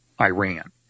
Iran